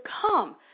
come